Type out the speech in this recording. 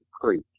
creek